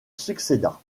succéda